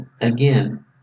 again